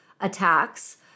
attacks